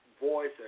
voice